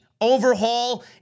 overhaul